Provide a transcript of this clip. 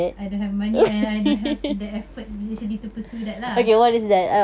I don't have money and I don't have the effort to actually to pursue that ah